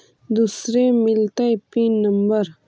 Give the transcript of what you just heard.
दुसरे मिलतै pin number?